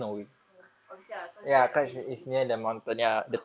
mm obviously lah because the hill